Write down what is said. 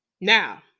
Now